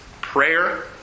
Prayer